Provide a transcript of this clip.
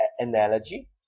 analogy